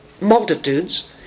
multitudes